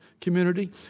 community